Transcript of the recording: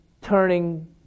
turning